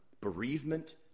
bereavement